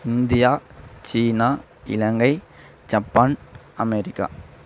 India சீனா Ilangai Japan America